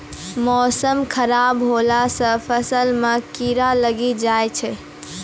मौसम खराब हौला से फ़सल मे कीड़ा लागी जाय छै?